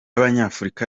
abanyafurika